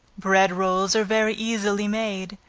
bread rolls are very easily made.